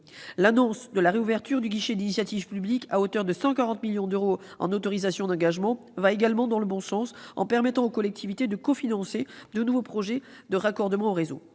L'annonce de la réouverture du guichet d'initiative publique, à hauteur de 140 millions d'euros en autorisations d'engagement, va également dans le bon sens en permettant aux collectivités de cofinancer de nouveaux projets de raccordement au réseau.